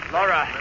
Laura